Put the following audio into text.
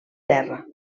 terra